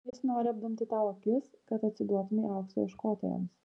jis nori apdumti tau akis kad atsiduotumei aukso ieškotojams